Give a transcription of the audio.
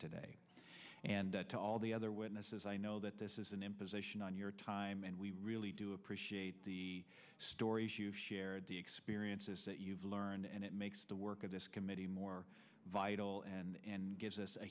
today and to all the other witnesses i know that this is an imposition on your time and we really do appreciate the stories you've shared the experiences that you've learned and it makes the work of this committee more vital and gives us a